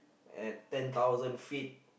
at ten thousand feet